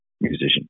musician